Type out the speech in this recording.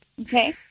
Okay